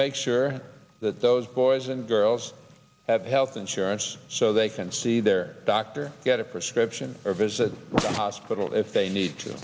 make sure that those boys and girls have health insurance so they can see their doctor get a prescription or visit a hospital if they need to